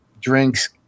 drinks